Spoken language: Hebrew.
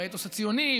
באתוס הציוני,